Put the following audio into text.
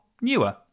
newer